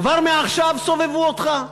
כבר מעכשיו סובבו אותך?